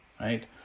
right